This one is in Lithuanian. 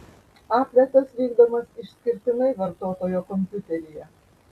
apletas vykdomas išskirtinai vartotojo kompiuteryje